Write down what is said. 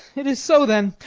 it is so then.